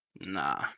Nah